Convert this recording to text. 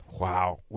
wow